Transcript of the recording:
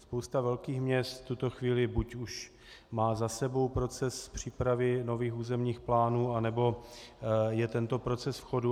Spousta velkých měst v tuto chvíli buď už má za sebou proces přípravy nových územních plánů, anebo je tento proces v chodu.